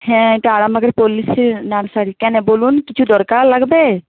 হ্যাঁ এটা আরামবাগের পল্লীশ্রী নার্সারি কেন বলুন কিছু দরকার লাগবে